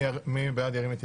הנושא השני על